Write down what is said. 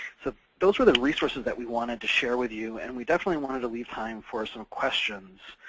so those are the resources that we wanted to share with you, and we definitely wanted to leave time for some questions.